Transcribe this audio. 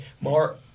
more